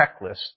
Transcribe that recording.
checklist